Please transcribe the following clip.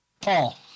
Paul